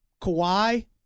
Kawhi